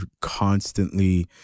constantly